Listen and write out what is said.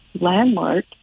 landmark